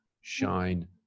shine